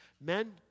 Men